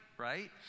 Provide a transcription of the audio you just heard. right